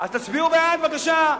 אז תצביעו בעד בבקשה.